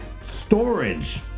storage